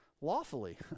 lawfully